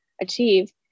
achieve